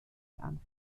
anführen